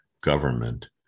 government